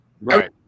Right